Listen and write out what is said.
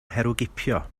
herwgipio